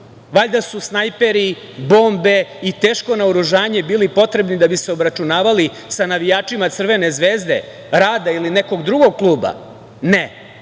valjda su snajperi, bombe i teško naoružanje bili potrebni da bi se obračunavali sa navijačima Crvene zvezde, Rada ili nekog drugog kluba, ne,